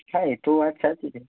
હા એ તો વાત સાચી છે